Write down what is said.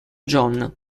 john